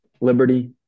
liberty